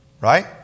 Right